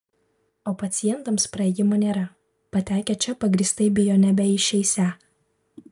o pacientams praėjimo nėra patekę čia pagrįstai bijo nebeišeisią